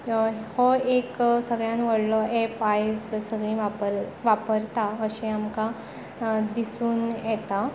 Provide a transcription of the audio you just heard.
हो एक सगळ्यांत व्हडलो एप आयज सगळीं वापर वापरता अशें आमकां दिसून येता